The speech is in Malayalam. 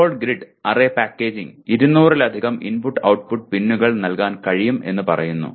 ബോൾ ഗ്രിഡ് അറേ പാക്കേജിംഗിന് 200 ലധികം ഇൻപുട്ട് ഔട്ട്പുട്ട് പിന്നുകൾ നൽകാൻ കഴിയും എന്ന് പറയുന്നു